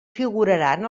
figuraran